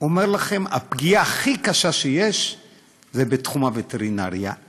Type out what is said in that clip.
אומר לכם: הפגיעה הכי קשה שיש זה בתחום הווטרינריה.